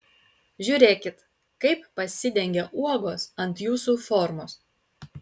žiūrėkit kaip pasidengia uogos ant jūsų formos